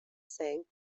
sang